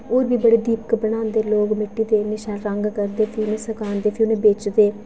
होर बी बड़े दीपक बनांदे लोक मिट्टे दे इन्ने शैल रंग करदे फिर उ'नेंगी सकांदे फिर उ'नेंगी बेचदे